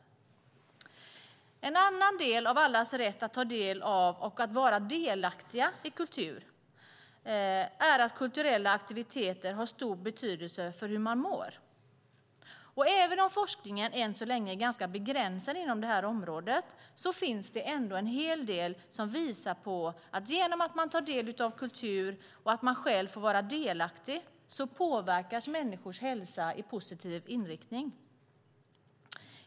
En annan del av allas rätt att ta del av och att vara delaktiga i kultur är att kulturella aktiviteter har stor betydelse för hur man mår. Även om forskningen än så länge är ganska begränsad inom detta område finns det en hel del som visar att om man tar del av kultur och själv får vara delaktig i kultur påverkas människors hälsa i positiv riktning.